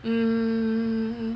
mm